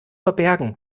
verbergen